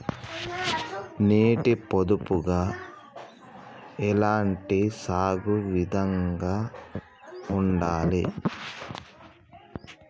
నీటి పొదుపుగా ఎలాంటి సాగు విధంగా ఉండాలి?